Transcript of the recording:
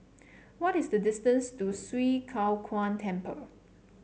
what is the distance to Swee Kow Kuan Temple